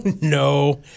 no